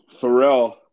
Pharrell